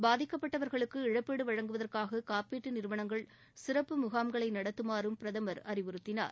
பாதிக்கப்பட்டவர்களுக்கு இழப்பீடு வழங்குவதற்காக காப்பீட்டு நிறுவனங்கள் சிறப்பு முகாம்களை நடத்துமாறும் பிரதமர் அறிவுறுத்தினார்